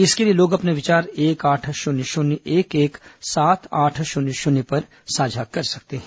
इसके लिए लोग अपने विचार एक आठ शून्य शून्य एक एक सात आठ शून्य शून्य पर साझा कर सकते हैं